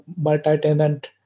multi-tenant